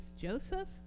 Joseph